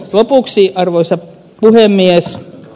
lopuksi arvoisa puhemies